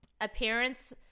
Appearance